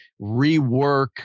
rework